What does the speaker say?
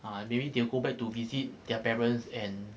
uh maybe they'll go back to visit their parents and